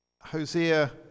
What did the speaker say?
Hosea